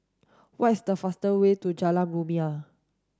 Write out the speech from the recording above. what is the fastest way to Jalan Rumia